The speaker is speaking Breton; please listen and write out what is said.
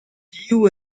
piv